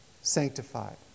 sanctified